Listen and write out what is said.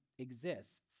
exists